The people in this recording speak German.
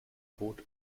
tod